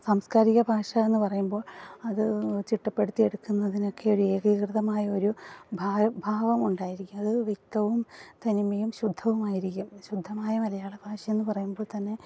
സംസ്കാരിക ഭാഷ എന്ന് പറയുമ്പോൾ അത് ചിട്ടപ്പെടുത്തി എടുക്കുന്നതിനെയൊക്കെ ഒരു ഏകീകൃതമായ ഒരു ഭാവം ഭാവം ഉണ്ടായിരിക്കും അത് വ്യക്തവും തനിമയും ശുദ്ധവുമായിരിക്കും ശുദ്ധമായ മലയാള ഭാഷയെന്ന് പറയുമ്പോൾ തന്നെ